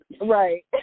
Right